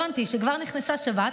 ולא הבנתי שכבר נכנסה שבת,